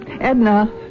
Edna